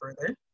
further